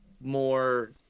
more